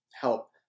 help